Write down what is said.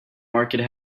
market